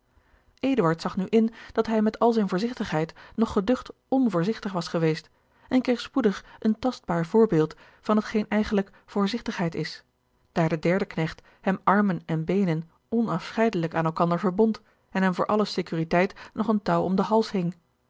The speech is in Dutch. zag nu in dat hij met al zijne voorzigtigheid nog geducht onvoorzigtig was geweest en kreeg spoedig een tastbaar voorbeeld van hetgeen eigenlijk voorzigtigheid is daar de derde knecht hem armen en beenen onafscheidelijk aan elkander verbond en hem voor alle securiteit nog een touw om den hals hing